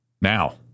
now